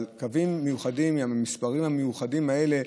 קווים מיוחדים עם המספרים המיוחדים האלה: